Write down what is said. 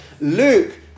Luke